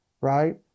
right